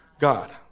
God